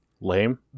Lame